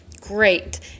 great